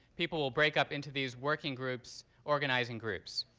people will break up into these working groups, organizing groups.